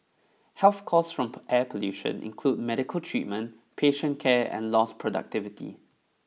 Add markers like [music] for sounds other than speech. health costs from [noise] air pollution include medical treatment patient care and lost productivity